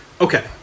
Okay